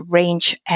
range